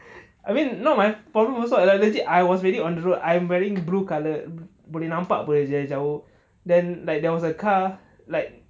I mean not my problem also I like legit I was already on the road I'm wearing blue colour boleh nampak apa dari jauh then like there was a car like